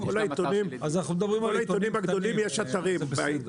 לכל העיתונים הגדולים יש אתרים.